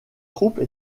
troupes